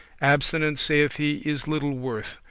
abstinence, saith he, is little worth,